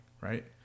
right